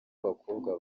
abakobwa